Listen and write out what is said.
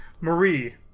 Marie